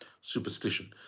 superstition